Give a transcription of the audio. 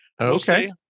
okay